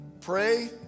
Pray